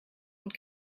und